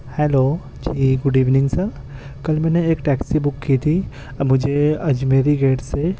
hello جی good evening sir کل میں نے ایک ٹیکسی بک کی تھی مجھے اجمیری گیٹ سے